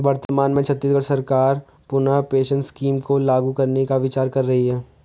वर्तमान में छत्तीसगढ़ सरकार पुनः पेंशन स्कीम को लागू करने का विचार कर रही है